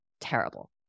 terrible